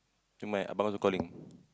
to my abang also calling